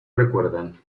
recuerdan